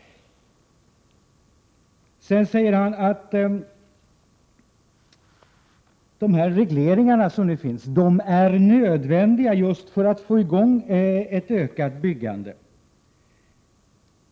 Han sade att regleringarna är nödvändiga för att man skall få i gång ett ökat byggande.